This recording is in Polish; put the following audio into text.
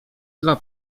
dla